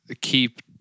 keep